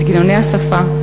את גינוני השפה,